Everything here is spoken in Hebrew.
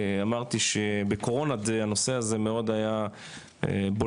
אמרתי שבקורונה זה הנושא הזה מאוד היה בולט,